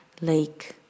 lake